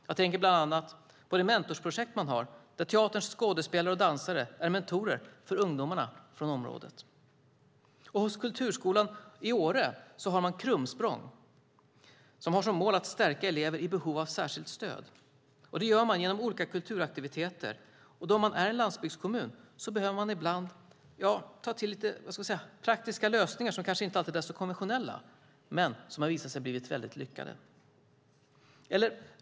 Jag tänker bland annat på det mentorsprojekt man har, där teaterns skådespelare och dansare är mentorer för ungdomar från området. Hos Kulturskolan i Åre har man Krumsprång, som har som mål att stärka elever i behov av särskilt stöd. Det gör man genom olika kulturaktiviteter. Då man är en landsbygdskommun behöver man ibland ta till lite praktiska lösningar som kanske inte alltid är så konventionella men som har visat sig bli väldigt lyckade.